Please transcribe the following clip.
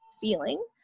feeling